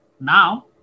now